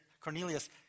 Cornelius